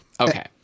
Okay